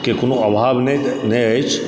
के कोनो अभाव नहि अछि